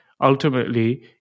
ultimately